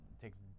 takes